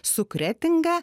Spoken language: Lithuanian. su kretinga